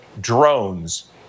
drones